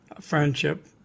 friendship